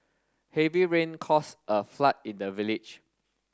heavy rain caused a flood in the village